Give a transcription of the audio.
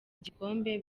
igikombe